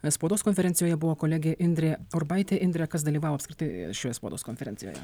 nes spaudos konferencijoje buvo kolegė indrė urbaitė indrė kas dalyvavo apskritai šioje spaudos konferencijoje